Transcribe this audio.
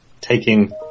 taking